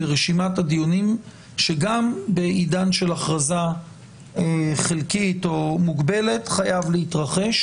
לרשימת הדיונים שגם בעידן של הכרזה חלקית או מוגבלת חייב להתרחש.